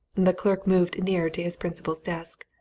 the clerk moved nearer to his principal's desk.